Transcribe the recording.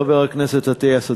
חבר הכנסת אטיאס,